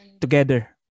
together